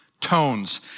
tones